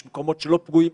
יש מקומות שלא פגועים,